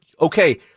okay